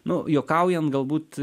nu juokaujant galbūt